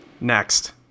Next